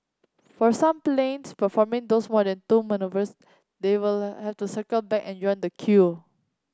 for some planes performing those more than two manoeuvres they will have to circle back and join the queue